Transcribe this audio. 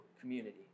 community